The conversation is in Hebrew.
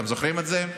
אתם זוכרים את זה?